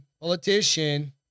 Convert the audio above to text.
politician